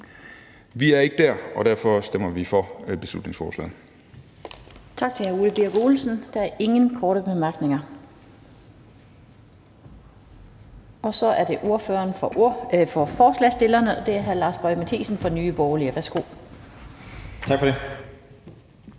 Vi er ikke dér, og derfor stemmer vi for beslutningsforslaget.